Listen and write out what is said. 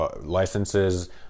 licenses